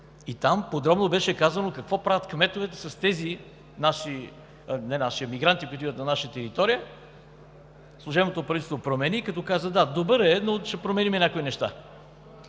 Там подробно беше казано какво правят кметовете с тези мигранти, които идват на наша територия. Служебното правителство промени – каза: добър е, но ще променим някои неща.